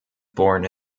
born